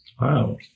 Wow